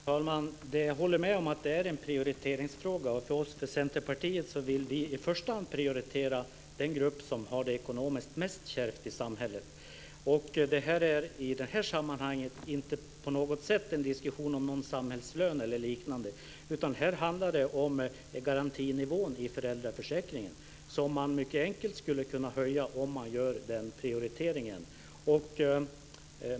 Fru talman! Jag håller med om att det är en prioriteringsfråga. Vi i Centerpartiet vill i första hand prioritera den grupp som har det ekonomiskt mest kärvt i samhället. Det är i det här sammanhanget inte på något sätt en diskussion om samhällslön eller liknande, utan det handlar om garantinivån i föräldraförsäkringen, som man mycket enkelt skulle kunna höja om man gör den prioriteringen.